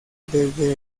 desde